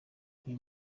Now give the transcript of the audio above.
uyu